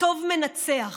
הטוב מנצח.